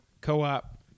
co-op